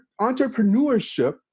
Entrepreneurship